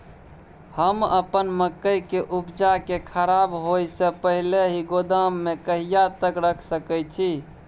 हम अपन मकई के उपजा के खराब होय से पहिले ही गोदाम में कहिया तक रख सके छी?